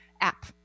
app